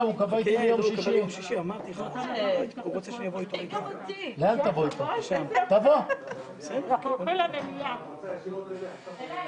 16:35.